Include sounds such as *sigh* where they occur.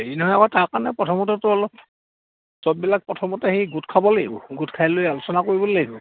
হেৰি নহয় *unintelligible* প্ৰথমতে সেই গোট খাব লাগিব গোট খাই লৈ আলোচনা কৰিব লাগিব